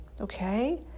okay